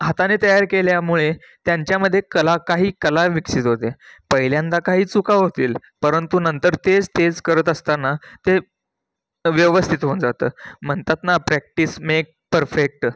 हाताने तयार केल्यामुळे त्यांच्यामध्ये कला काही कला विकसित होते पहिल्यांदा काही चुका होतील परंतु नंतर तेच तेच करत असताना ते व्यवस्थित होऊन जातं म्हणतात ना प्रॅक्टिस मेक परफेक्ट